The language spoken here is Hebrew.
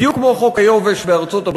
בדיוק כמו חוק היובש בארצות-הברית,